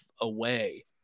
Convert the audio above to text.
away